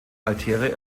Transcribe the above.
altäre